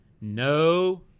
No